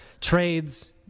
trades